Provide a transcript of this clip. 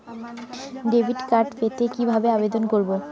Debit card পেতে কি ভাবে আবেদন করব?